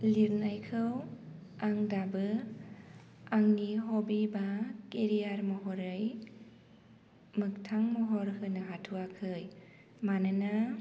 लिरनायखौ आं दाबो आंनि हबि बा केरियार महरै मोगथां महर होनो हाथ'वाखै मानोना